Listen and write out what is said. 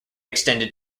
extended